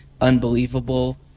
unbelievable